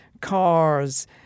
cars